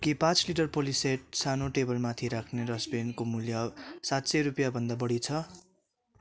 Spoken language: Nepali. के पाँच लिटर पोलिसेट सानो टेबलमाथि राख्ने डस्टबिनको मूल्य सात सय रुपियाँभन्दा बढी छ